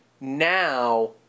now